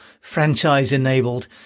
franchise-enabled